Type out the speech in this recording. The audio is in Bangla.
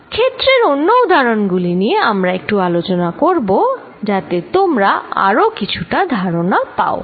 ক্ষেত্রের অন্য উদাহরণ গুলি নিয়ে আমরা একটু আলোচনা করব যাতে তোমরা আরো কিছুটা ধারনা পাও